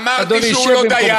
אמרתי שהוא לא דיין,